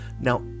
Now